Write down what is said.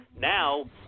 Now